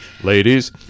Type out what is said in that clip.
ladies